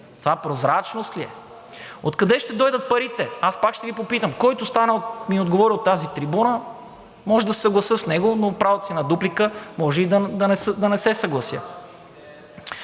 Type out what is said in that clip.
Това прозрачност ли е? Откъде ще дойдат парите? Аз пак ще Ви попитам. Който стане и ми отговори от тази трибуна, може да се съглася с него, но в правото си на дуплика може и да не се съглася.